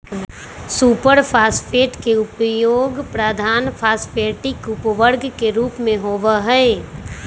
super phosphate के उपयोग प्रधान फॉस्फेटिक उर्वरक के रूप में होबा हई